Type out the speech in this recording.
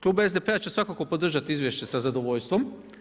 Klub SDP-a će svako podržati izvješće sa zadovoljstvom.